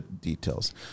details